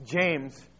James